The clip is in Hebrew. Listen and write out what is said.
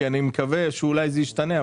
כי אני מקווה שאולי זה ישתנה,